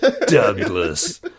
Douglas